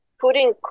putting